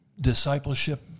discipleship